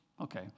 okay